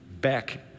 back